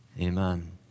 Amen